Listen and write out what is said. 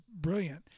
brilliant